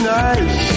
nice